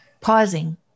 pausing